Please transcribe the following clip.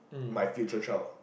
my future child